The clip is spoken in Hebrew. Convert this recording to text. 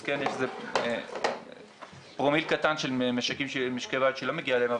יש פרומיל קטן של משקי בית שהיא לא מגיעה אליהם,